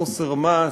בחוסר מעש,